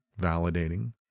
validating